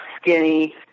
skinny